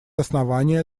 основания